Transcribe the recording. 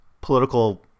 political